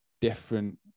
different